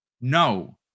No